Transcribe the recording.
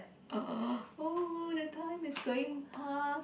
oo the time is going pass